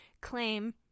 claim